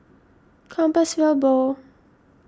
Compassvale Bow